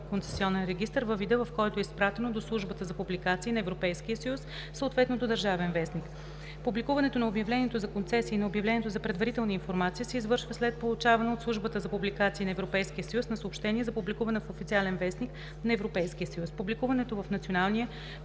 концесионен регистър във вида, в който е изпратено до Службата за публикации на Европейския съюз, съответно до „Държавен вестник“. Публикуването на обявлението за концесия и на обявлението за предварителна информация се извършва след получаване от Службата за публикации на Европейския съюз на съобщение за публикуване в „Официален вестник“ на Европейския съюз. Публикуването в Националния